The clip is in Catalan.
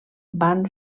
van